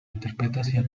interpretación